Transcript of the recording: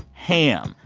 ham,